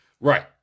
Right